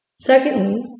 Secondly